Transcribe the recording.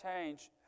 change